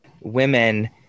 women